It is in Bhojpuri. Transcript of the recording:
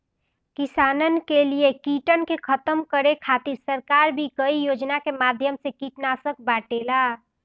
किसानन के लिए कीटन के खतम करे खातिर सरकार भी कई योजना के माध्यम से कीटनाशक बांटेले